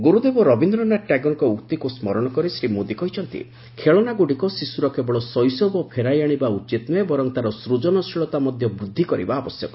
ଗୁରୁଦେବ ରବୀନ୍ଦ୍ରନାଥ ଟାଗୋରଙ୍କ ଉକ୍ତିକୁ ସ୍କରଶକରି ଶ୍ରୀ ମୋଦି କହିଛନ୍ତି ଖେଳନାଗୁଡ଼ିକ ଶିଶୁର କେବଳ ଶୈଶବ ଫେରାଇଆଣିବା ଉଚିତ୍ ନୁହେଁ ବରଂ ତା'ର ସୂଜନଶୀଳତା ମଧ୍ୟ ବୃଦ୍ଧି କରିବା ଆବଶ୍ୟକ